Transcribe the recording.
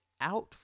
out